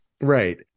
Right